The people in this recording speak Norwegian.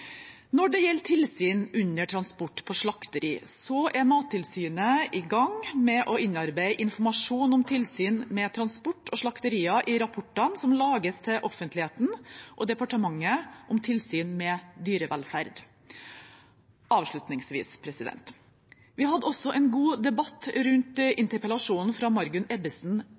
Mattilsynet i gang med å innarbeide informasjon om tilsyn med transport og slakterier i rapportene som lages til offentligheten og departementet om tilsyn med dyrevelferd. Avslutningsvis: Vi hadde også en god debatt i forbindelse med interpellasjonen fra Margunn Ebbesen